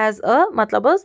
as اے مطلب حظ